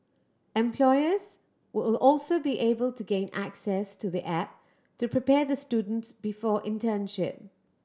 employers will also be able to gain access to the app to prepare the students before internship